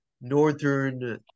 northern